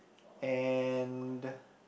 and